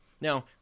Now